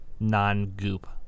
non-goop